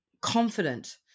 confident